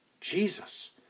Jesus